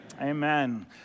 Amen